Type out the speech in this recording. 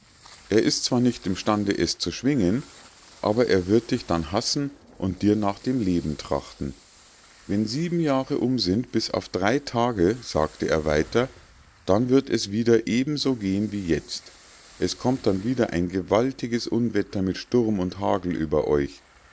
er ist zwar nicht im stande es zu schwingen aber er wird dich dann hassen und dir nach dem leben trachten wenn sieben jahre um sind bis auf drei tage sagte er weiter dann wird es wieder eben so gehen wie jetzt es kommt dann wieder ein gewaltiges unwetter mit sturm und hagel über euch